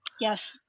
Yes